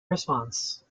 response